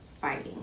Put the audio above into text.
fighting